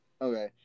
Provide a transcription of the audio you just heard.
Okay